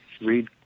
read